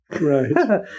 Right